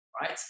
right